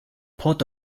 port